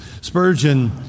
Spurgeon